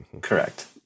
Correct